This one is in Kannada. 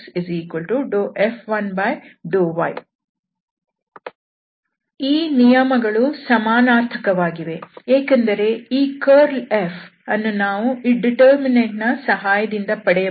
ಈ ನಿಯಮಗಳು ಸಮಾನಾರ್ಥಕವಾಗಿವೆ ಏಕೆಂದರೆ ಈ ಕರ್ಲ್ F ಅನ್ನು ನಾವು ಈ ಡಿಟರ್ಮಿನಂಟ್ ನ ಸಹಾಯದಿಂದ ಪಡೆಯಬಹುದು